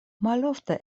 malofte